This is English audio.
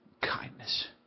kindness